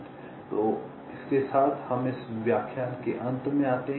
तो इसके साथ हम इस व्याख्यान के अंत में आते हैं